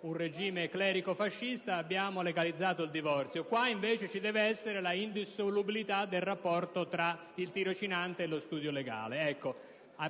un regime clerico-fascista, abbiamo legalizzato il divorzio. In questo caso, invece, ci deve essere l'indissolubilità del rapporto tra il tirocinante e lo studio legale: